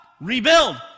rebuild